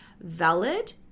valid